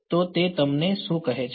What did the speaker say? તો તે તમને શું કહે છે